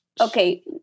Okay